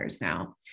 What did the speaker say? now